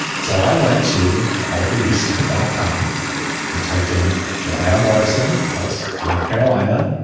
so i went to altarpiece ted dot com and typed in johanna morrison plus north carolina.